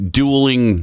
dueling